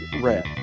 Red